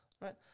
right